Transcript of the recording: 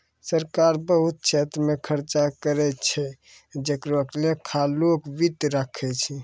सरकार बहुत छेत्र मे खर्चा करै छै जेकरो लेखा लोक वित्त राखै छै